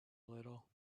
little